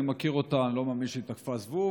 אני מכיר אותה ואני לא מאמין שהיא תקפה זבוב,